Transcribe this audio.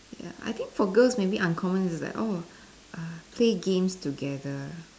ya I think for girls maybe uncommon is that oh uh play games together